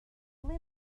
ble